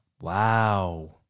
Wow